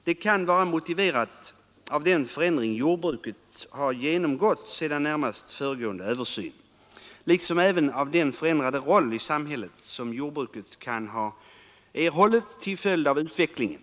Detta kan vara motiverat av den förändring jordbruket genomgått sedan närmast föregående översyn, liksom även av den förändrade roll i Nr 51 samhället som jordbruket kan ha erhållit till följd av utvecklingen.